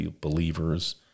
believers